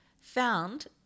found